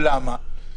למה?